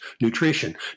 nutrition